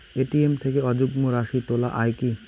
ATM থেকে অযুগ্ম রাশি তোলা য়ায় কি?